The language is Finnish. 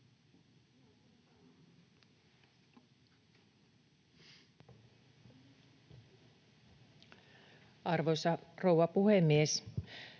Arvoisa rouva puhemies!